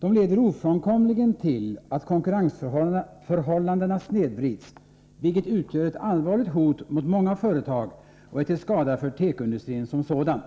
De leder ofrånkomligen till att konkurrensförhållandena snedvrids, vilket utgör ett allvarligt hot mot många företag och är till skada för tekoindustrin som sådan.